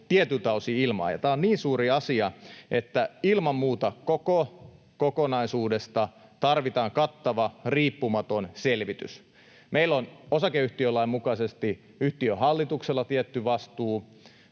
tietyiltä osin ilmaan, ja tämä on niin suuri asia, että ilman muuta koko kokonaisuudesta tarvitaan kattava, riippumaton selvitys. Meillä on osakeyhtiölain mukaisesti yhtiön hallituksella tietty vastuu,